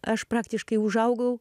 aš praktiškai užaugau